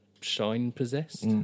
shine-possessed